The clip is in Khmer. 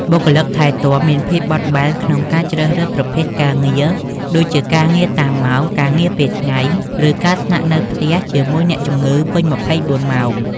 បុគ្គលិកថែទាំមានភាពបត់បែនក្នុងការជ្រើសរើសប្រភេទការងារ ដូចជាការងារតាមម៉ោង ការងារពេលថ្ងៃ ឬការស្នាក់នៅផ្ទះជាមួយអ្នកជំងឺពេញ ២៤ ម៉ោង។